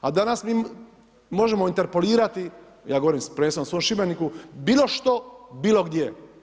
A danas mi možemo interpolirati, ja govorim prvenstveno o svom Šibeniku, bilo što, bilo gdje.